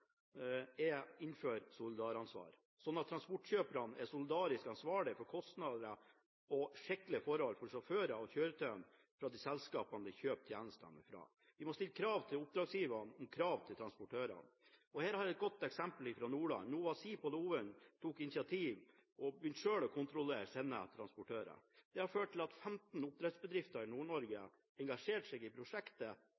solidaransvar, slik at transportkjøperne er solidarisk ansvarlige for kostnader og for skikkelige forhold for sjåførene og kjøretøyene fra de selskapene de kjøper tjenester fra. Vi må stille krav til oppdragsgiverne om krav til transportørene, og her har jeg et godt eksempel fra Nordland: Nova Sea på Lovund tok initiativ og begynte selv å kontrollere sine transportører. Det har ført til at 15 oppdrettsbedrifter i